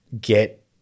get